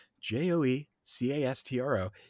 J-O-E-C-A-S-T-R-O